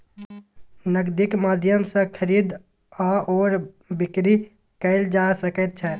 नगदीक माध्यम सँ खरीद आओर बिकरी कैल जा सकैत छै